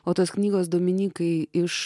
o tos knygos dominykai iš